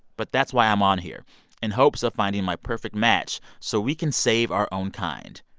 but that's why i'm on here in hopes of finding my perfect match so we can save our own kind.